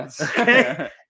okay